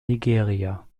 nigeria